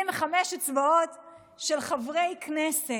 אצבעות של חברי כנסת,